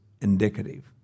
indicative